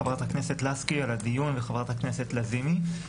חברת הכנסת לסקי על הדיון וחברת הכנסת לזימי.